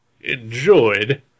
enjoyed